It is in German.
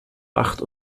macht